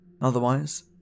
Otherwise